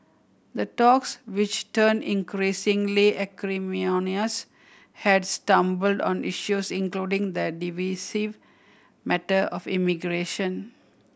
the talks which turned increasingly acrimonious had stumbled on issues including the divisive matter of immigration